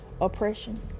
oppression